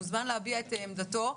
מוזמן להביע את עמדתו.